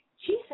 Jesus